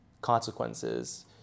consequences